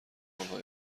آنها